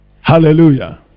Hallelujah